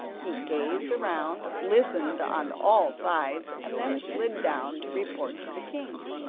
he gazed around, listened on all sides, and then slid down to report to the king.